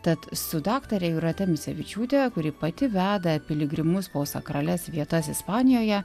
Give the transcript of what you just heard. tad su daktare jūrate micevičiūte kuri pati veda piligrimus po sakralias vietas ispanijoje